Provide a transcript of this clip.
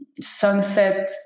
sunset